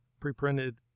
pre-printed